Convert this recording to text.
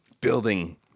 building